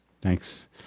Thanks